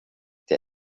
der